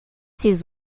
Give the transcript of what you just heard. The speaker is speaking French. ses